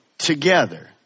Together